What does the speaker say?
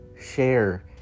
share